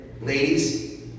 ladies